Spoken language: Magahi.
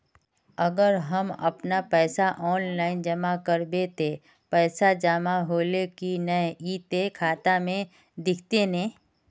अगर हम अपन पैसा ऑफलाइन जमा करबे ते पैसा जमा होले की नय इ ते खाता में दिखते ने?